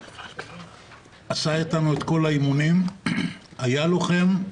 עשה איתנו את כל האימונים, היה לוחם.